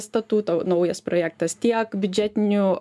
statuto naujas projektas tiek biudžetinių